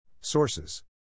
Sources